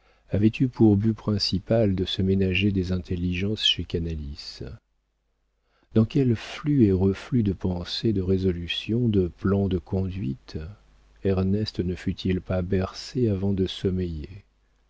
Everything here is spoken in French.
avait eu pour but principal de se ménager des intelligences chez canalis dans quel flux et reflux de pensées de résolutions de plans de conduite ernest ne fut-il pas bercé avant de sommeiller